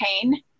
pain